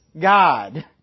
God